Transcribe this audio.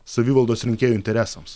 savivaldos rinkėjų interesams